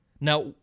Now